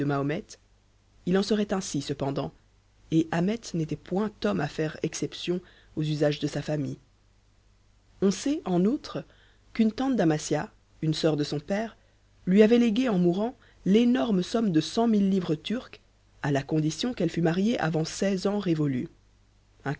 il en serait ainsi cependant et ahmet n'était point homme à faire exception aux usages de sa famille on sait en outre qu'une tante d'amasia une soeur de son père lui avait légué en mourant l'énorme somme de cent mille livres turques à la condition qu'elle fût mariée avant seize ans révolus